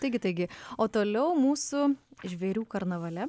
taigi taigi o toliau mūsų žvėrių karnavale